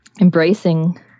embracing